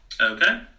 Okay